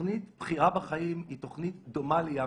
תוכנית "בחירה בחיים" היא תוכנית דומה ל"ים".